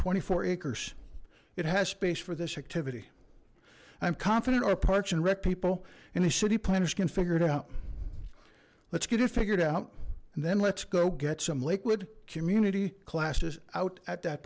twenty four acres it has space for this activity i'm confident our parks and rec people and the city planners can figure it out let's get it figured out and then let's go get some liquid community classes out at that